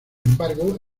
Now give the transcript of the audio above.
embargo